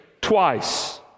twice